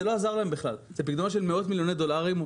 אלה פקדונות של מאות מיליוני דולרים,